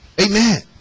Amen